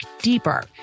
deeper